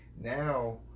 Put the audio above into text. Now